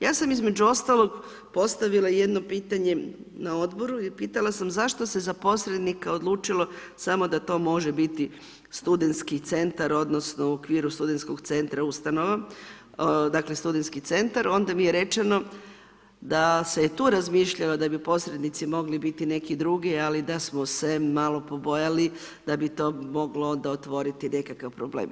Ja sam između ostalog postavila jedno pitanje na odboru i pitala sam zašto se za posrednika odlučilo samo da to može biti studentski centar odnosno u okviru studentskog centra ustanova, dakle studentski centar, onda mi je rečeno da se tu razmišljalo da bi posrednici mogli biti neki drugi, ali da smo se malo pobojali da bi to moglo onda otvoriti nekakav problem.